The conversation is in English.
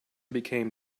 became